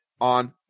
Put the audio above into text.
on